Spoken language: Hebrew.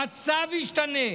המצב השתנה,